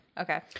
Okay